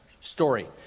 story